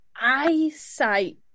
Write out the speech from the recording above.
eyesight